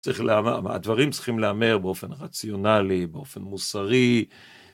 הדברים צריכים לאמר באופן רציונלי, באופן מוסרי.